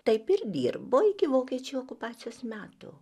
taip ir dirbo iki vokiečių okupacijos metų